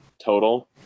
total